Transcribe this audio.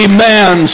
Amen